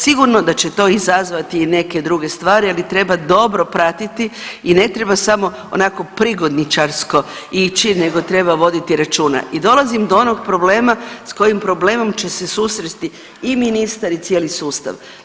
Sigurno da će to izazvati i neke druge stvari, ali treba dobro pratiti i ne treba samo onako prigodničarsko ići nego treba voditi računa i dolazim do onog problema s kojim problemom će se susresti i ministar i cijeli sustav.